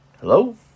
Hello